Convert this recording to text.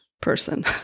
person